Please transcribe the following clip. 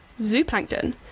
zooplankton